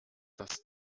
das